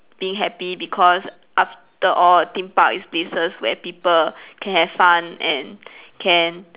being happy because after all theme park is places where people can have fun and can